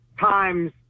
times